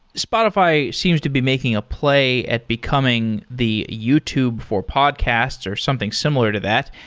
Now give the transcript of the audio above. spotify seems to be making a play at becoming the youtube for podcasts or something similar to that.